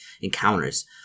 encounters